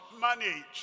manage